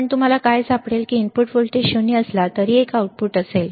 पण तुम्हाला काय सापडेल की इनपुट व्होल्टेज 0 असला तरी एक आउटपुट असेल